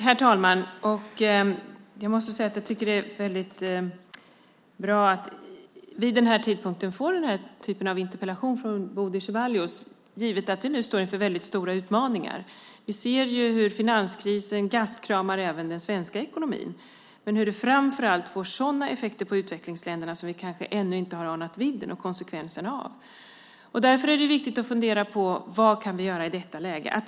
Herr talman! Jag måste säga att jag tycker att det är väldigt bra att vi vid den här tidpunkten får den här typen av interpellation från Bodil Ceballos, givet att vi nu står inför väldigt stora utmaningar. Vi ser hur finanskrisen gastkramar även den svenska ekonomin och hur den framför allt får sådana effekter på utvecklingsländerna som vi kanske ännu inte har anat vidden och konsekvenserna av. Därför är det viktigt att fundera på vad vi kan göra i detta läge.